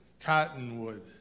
Cottonwood